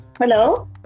Hello